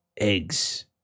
eggs